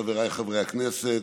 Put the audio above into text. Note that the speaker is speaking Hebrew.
חבריי חברי הכנסת,